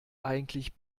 eigentlich